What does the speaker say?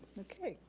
okay,